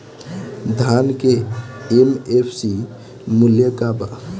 धान के एम.एफ.सी मूल्य का बा?